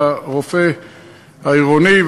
לרופא העירוני,